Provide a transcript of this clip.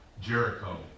Jericho